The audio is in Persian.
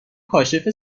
کاشف